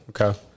okay